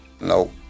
No